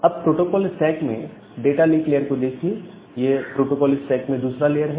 अब protocol stack में data link layer को देखिए यह प्रोटोकोल स्टैक में दूसरा लेयर है